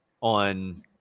on